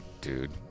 dude